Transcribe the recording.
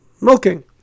milking